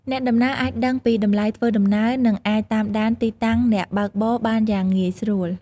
អ្នកដំណើរអាចដឹងពីតម្លៃធ្វើដំណើរនិងអាចតាមដានទីតាំងអ្នកបើកបរបានយ៉ាងងាយស្រួល។